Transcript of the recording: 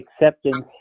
acceptance